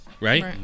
right